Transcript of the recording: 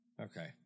Okay